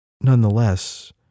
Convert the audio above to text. Nonetheless